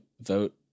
vote